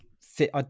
fit